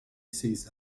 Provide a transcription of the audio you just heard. sees